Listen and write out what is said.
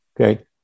Okay